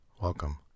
welcome